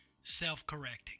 self-correcting